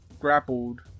Grappled